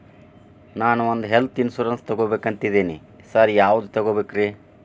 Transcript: ನಾನ್ ಒಂದ್ health insurance ತಗಬೇಕಂತಿದೇನಿ sir ಯಾವದ ತಗಬೇಕ್ರಿ?